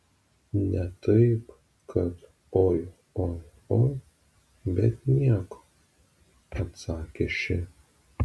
ne taip kad oi oi oi bet nieko atsakė ši